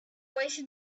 wasted